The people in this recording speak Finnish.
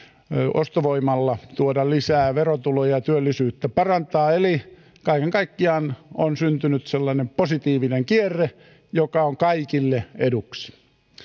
ostovoimalla on mahdollisuus tuoda lisää verotuloja ja työllisyyttä parantaa eli kaiken kaikkiaan on syntynyt sellainen positiivinen kierre joka on kaikille eduksi